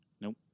Nope